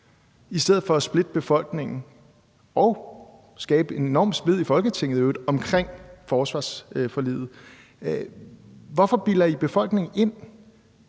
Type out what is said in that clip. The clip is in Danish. i stedet for at splitte befolkningen og i øvrigt skabe en enorm splid i Folketinget omkring forsvarsforliget? Hvorfor bilder I befolkningen ind,